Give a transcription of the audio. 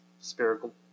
spherical